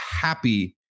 happy